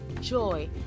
joy